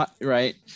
right